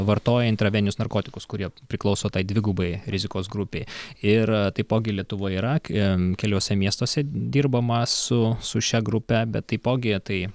vartoja intraveninius narkotikus kurie priklauso tai dvigubai rizikos grupei ir taipogi lietuvoje yra ke keliuose miestuose dirbama su su šia grupe bet taipogi tai